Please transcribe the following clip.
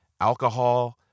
Alcohol